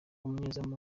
umunyezamu